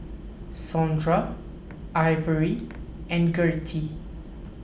Saundra Ivory and Gertie